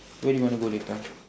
where do you wanna go later